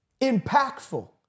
impactful